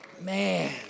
Man